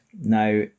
Now